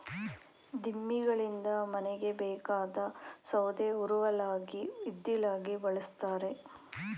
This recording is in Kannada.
ದಿಮ್ಮಿಗಳಿಂದ ಮನೆಗೆ ಬೇಕಾದ ಸೌದೆ ಉರುವಲಾಗಿ ಇದ್ದಿಲಾಗಿ ಬಳ್ಸತ್ತರೆ